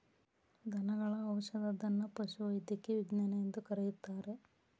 ದನಗಳ ಔಷಧದನ್ನಾ ಪಶುವೈದ್ಯಕೇಯ ವಿಜ್ಞಾನ ಎಂದು ಕರೆಯುತ್ತಾರೆ